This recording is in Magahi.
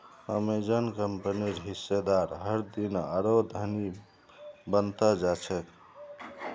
अमेजन कंपनीर हिस्सेदार हरदिन आरोह धनी बन त जा छेक